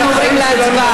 אנחנו עוברים להצבעה.